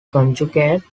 conjugate